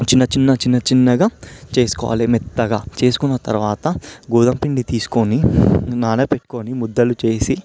చిన్న చిన్న చిన్న చిన్నగా చేసుకోవాలి మెత్తగా చేసుకున్న తరువాత గోధుమ పిండి తీసుకొని నానబెట్టుకొని ముద్దలు చేసి